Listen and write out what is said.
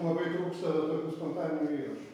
labai trūksta dar tokių spontaninių įrašų